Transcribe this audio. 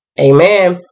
Amen